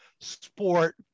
sport